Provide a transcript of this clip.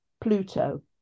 Pluto